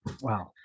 Wow